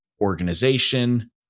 organization